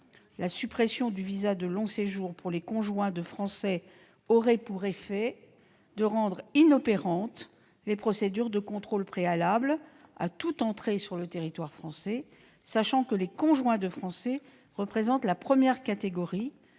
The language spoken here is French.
La suppression du visa de long séjour pour les conjoints de Français aurait pour effet de rendre inopérantes les procédures de contrôle préalables à toute entrée sur le territoire français, sachant que les conjoints de Français représentent la première catégorie